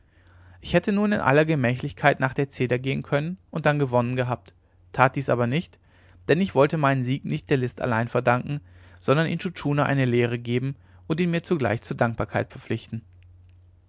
ich hätte nun in aller gemächlichkeit nach der zeder gehen können und dann gewonnen gehabt tat dies aber nicht denn ich wollte meinen sieg nicht der list allein verdanken sondern intschu tschuna eine lehre geben und ihn mir zugleich zur dankbarkeit verpflichten